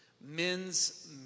Men's